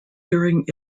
during